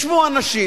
ישבו אנשים